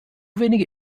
wenige